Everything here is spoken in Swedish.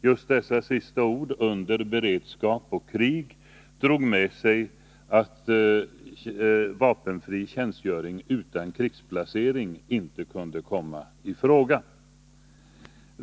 Just dessa ord medförde att vapenfri tjänstgöring utan krigsplacering inte kunde komma i fråga.